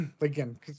again